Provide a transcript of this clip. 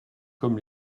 comme